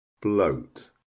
bloat